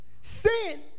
Sin